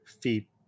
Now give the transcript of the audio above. feet